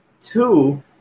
Two